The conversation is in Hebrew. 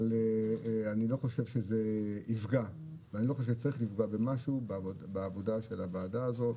לא צריך לפגוע במשהו בעבודה של הוועדה הזאת.